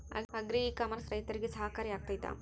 Agri e commerce ರೈತರಿಗೆ ಸಹಕಾರಿ ಆಗ್ತೈತಾ?